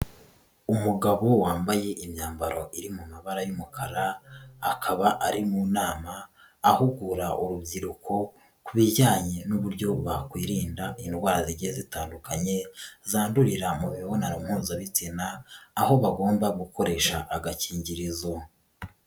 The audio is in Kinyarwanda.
Umugabo wambaye imyambaro iri mu mabara y'umukara, akaba ari mu nama ahugura urubyiruko ku bijyanye n'uburyo bakwirinda indwara zitandukanye zandurira mu mibonano mpuzabitsina, aho bagomba gukoresha agakingirizo.